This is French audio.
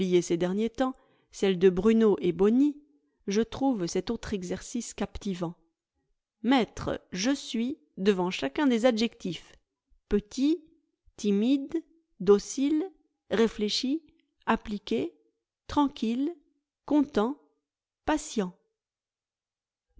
ces derniers temps celle de brunot et bony je trouve cet autre exercice captivant mettre je suis devant chacun des adjectifs petit timide docile réfléchi appliqué tranquille content patient